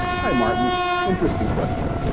hi martin interesting question.